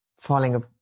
falling